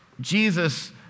Jesus